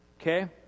Okay